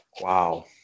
Wow